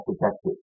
protected